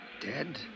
dead